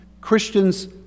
Christians